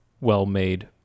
well-made